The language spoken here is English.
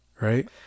Right